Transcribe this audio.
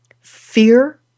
fear